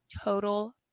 total